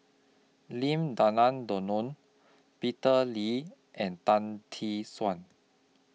Lim Denan Denon Peter Lee and Tan Tee Suan